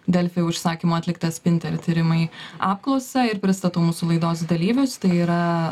delfi užsakymu atliktą spinter tyrimai apklausą ir pristatau mūsų laidos dalyvius tai yra